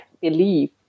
believe